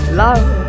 love